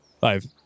Five